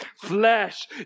flesh